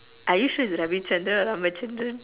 are you sure is Ravi Chandran or Rama Chandran